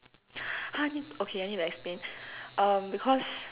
!huh! okay I need to explain um because